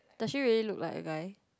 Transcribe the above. does she really look like a guy